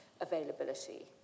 availability